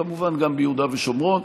וכמובן גם ביהודה ושומרון.